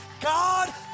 God